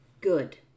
Good